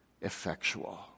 effectual